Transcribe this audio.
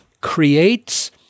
creates